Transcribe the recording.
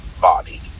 body